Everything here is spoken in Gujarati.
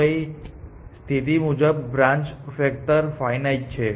તો એક સ્થિતિ મુજબ બ્રાન્ચ ફેક્ટર ફાઇનાઇટ છે